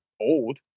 old